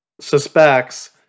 suspects